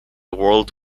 world